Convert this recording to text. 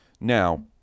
now